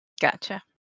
gotcha